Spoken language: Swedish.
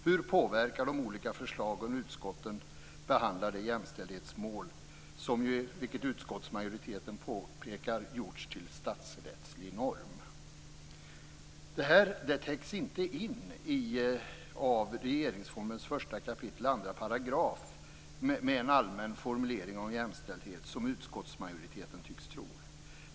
Hur påverkar de olika förslagen utskotten när det gäller behandlingen av det jämställdhetsmål som, vilket utskottsmajoriteten påpekar, har gjorts till statsrättslig norm? Detta täcks inte in av 1 kap. 2 §, regeringsformen med en allmän formulering om jämställdhet, som utskottsmajoriteten tycks tro.